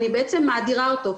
אני בעצם מאדירה אותו.